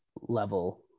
level